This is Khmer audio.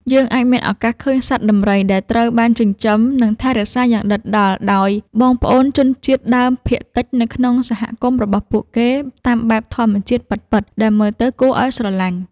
យើងអាចមានឱកាសឃើញសត្វដំរីដែលត្រូវបានចិញ្ចឹម និង ថែរក្សាយ៉ាងដិតដល់ដោយបងប្អូនជនជាតិដើមភាគតិចនៅក្នុងសហគមន៍របស់ពួកគេតាមបែបធម្មជាតិពិតៗដែលមើលទៅគួរឱ្យស្រឡាញ់។